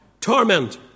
torment